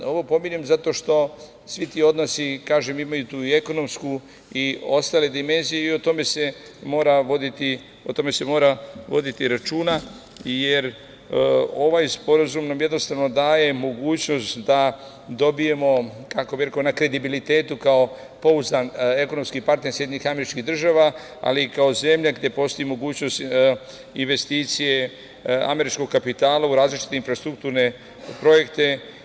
Ovo pominjem zato što svi ti odnosi, kažem, imaju ti i ekonomsku i ostale dimenzije i o tome se mora voditi računa, jer ovaj sporazum nam jednostavno daje mogućnost da dobijemo na kredibilitetu kao pouzdan ekonomski partner Sjedinjenih Američkih Država, ali i kao zemlja gde postoji mogućnost investicije američkog kapitala u različite infrastrukturne projekte.